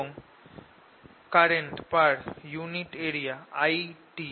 এবং current per unit area হল ItA